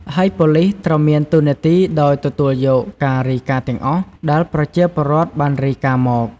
ហើយប៉ូលិសត្រូវមានតួនាទីដោយទទួលយកការរាយការណ៍ទាំងអស់ ដែលប្រជាពលរដ្ឋបានរាយការណ៍មក។